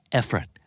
effort